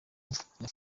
afurika